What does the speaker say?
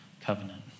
covenant